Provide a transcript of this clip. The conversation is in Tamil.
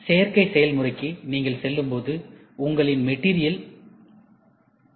சேர்க்கை செயல்முறைக்கு நீங்கள் செல்லும்போது உங்களின் மெட்டீரியல் உள்ளது